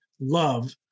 love